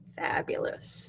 fabulous